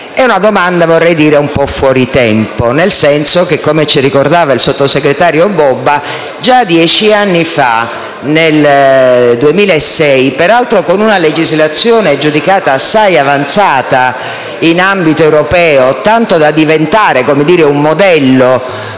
di una domanda un po' fuori tempo, nel senso che, come ricordava il sottosegretario Bobba, già dieci anni fa, nel 2006 - peraltro con una legislazione giudicata assai avanzata in ambito europeo, tanto da diventare un modello per